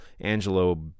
Angelo